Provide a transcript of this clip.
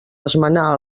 esmenar